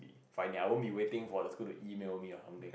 be finding I won't be waiting for the school to email me or something